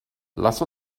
lass